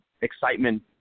excitement